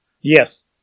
Yes